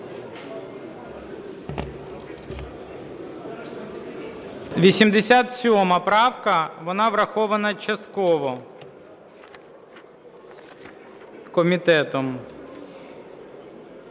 87 правка, вона врахована частково комітетом.